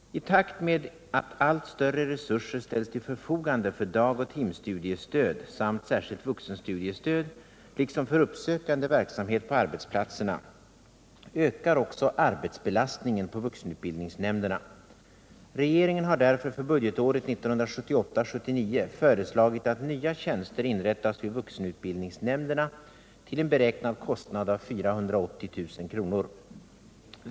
I takt med att allt större resurser ställs till förfogande för dagoch timstudiestöd samt särskilt vuxenstudiestöd liksom för uppsökande verksamhet på arbetsplatserna ökar också arbetsbelastningen på vuxenutbildningsnämnderna. Regeringen har därför för budgetåret 1978/79 föreslagit att nya tjänster inrättas vid vuxenutbildningsnämnderna till en beräknad kostnad av 480 000 kr.